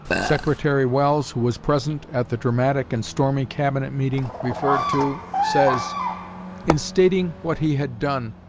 secretary welles, who was present at the dramatic and stormy cabinet meeting referred to, says in stating what he had done,